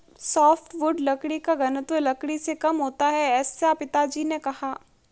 softwood लकड़ी का घनत्व लकड़ी से कम होता है ऐसा पिताजी ने कहा